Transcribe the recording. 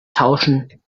tauschen